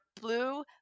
blue